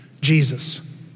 Jesus